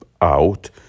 out